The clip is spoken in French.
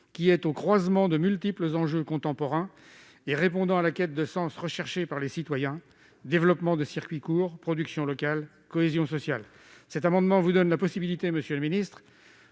qui est au croisement de multiples enjeux contemporains et répond à la quête de sens recherché par les citoyens : développement de circuits courts, production locale, cohésion sociale. Cet amendement vous donne la possibilité, monsieur le ministre,